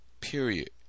Period